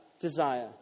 desire